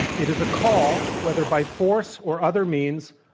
it is a call, whether by force or other means,